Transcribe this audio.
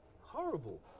horrible